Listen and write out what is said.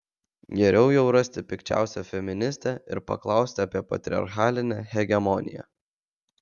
geriau jau rasti pikčiausią feministę ir paklausti apie patriarchalinę hegemoniją